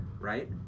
right